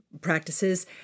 practices